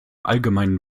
allgemein